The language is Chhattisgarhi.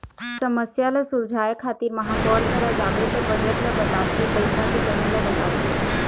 समस्या ल सुलझाए खातिर महापौर करा जाबे त बजट ल बताथे पइसा के कमी ल बताथे